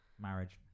marriage